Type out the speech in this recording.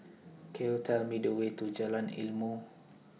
Could YOU Tell Me The Way to Jalan Ilmu